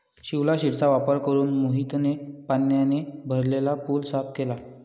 शिवलाशिरचा वापर करून मोहितने पाण्याने भरलेला पूल साफ केला